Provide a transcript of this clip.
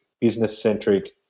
business-centric